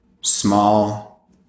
small